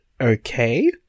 okay